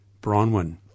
Bronwyn